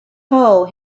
hole